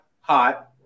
hot